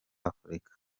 afurika